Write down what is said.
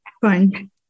fine